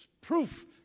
proof